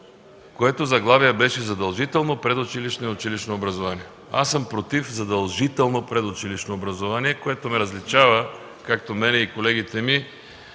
което беше: „Задължително предучилищно и училищно образование”. Аз съм против задължително предучилищно образование, което ме различава, както мен и колегите ми